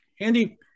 Andy